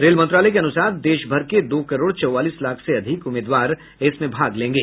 rail मंत्रालय के अनुसार देश भर के दो करोड़ चौवालीस लाख से अधिक उम्मीदवार इसमें भाग लेंगे